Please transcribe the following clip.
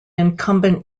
incumbent